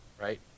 right